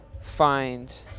find